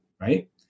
right